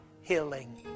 healing